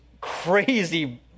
crazy